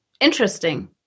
Interesting